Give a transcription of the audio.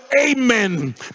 amen